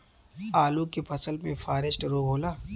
आलू के फसल मे फारेस्ट रोग होला?